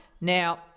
Now